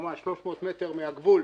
ממש 300 מטר מהגבול,